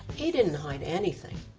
he didn't hide anything.